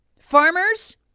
Farmers